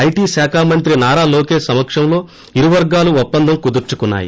I T శాక మంత్రి నారా లోకేష్ సమక్షం లో ఇరు వర్గాలు ఒప్సిందం కుదుర్పుకున్నాయి